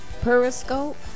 Periscope